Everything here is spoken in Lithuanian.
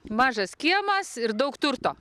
mažas kiemas ir daug turto